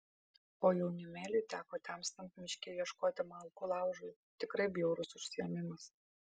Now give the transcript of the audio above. o jaunimėliui teko temstant miške ieškoti malkų laužui tikrai bjaurus užsiėmimas